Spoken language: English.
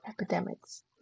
epidemics